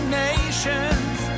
nations